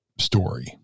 story